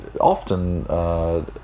Often